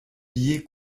billets